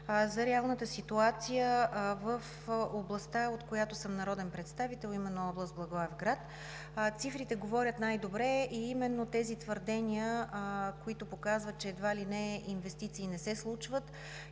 за реалната ситуация в областта, от която съм народен представител, а именно област Благоевград. Цифрите говорят най-добре. Именно тези твърдения, които показват, че едва ли не инвестиции не се случват